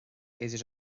idir